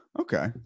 Okay